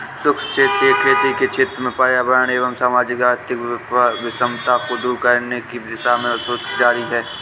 शुष्क क्षेत्रीय खेती के क्षेत्र में पर्यावरणीय एवं सामाजिक आर्थिक विषमताओं को दूर करने की दिशा में शोध जारी है